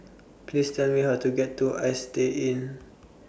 Please Tell Me How to get to Istay Inn